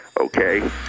Okay